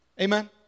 Amen